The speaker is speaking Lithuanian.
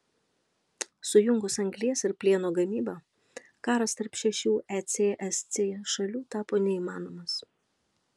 sujungus anglies ir plieno gamybą karas tarp šešių ecsc šalių tapo neįmanomas